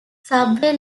subway